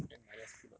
then minus three mark